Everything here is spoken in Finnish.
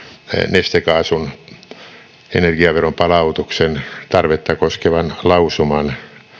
nestekaasun energiaveron palautuksen tarvetta koskevan lausuman